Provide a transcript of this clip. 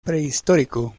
prehistórico